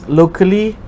locally